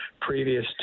previous